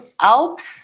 Alps